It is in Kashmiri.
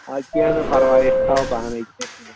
اَدٕ کیٚنہہ نہٕ پَرواے أسۍ تھاوَو پانَے